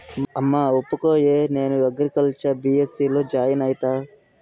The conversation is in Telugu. అమ్మా ఒప్పుకోయే, నేను అగ్రికల్చర్ బీ.ఎస్.సీ లో జాయిన్ అయితా